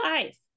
life